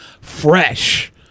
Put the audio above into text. fresh